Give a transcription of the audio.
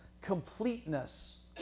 completeness